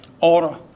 order